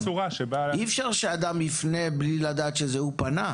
אי-אפשר שאדם יפנה, בלי לדעת שהוא זה שפנה.